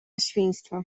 świństwo